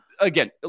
again